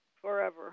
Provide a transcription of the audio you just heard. Forever